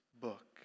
book